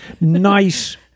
nice